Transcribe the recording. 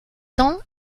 ton